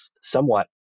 somewhat